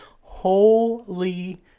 Holy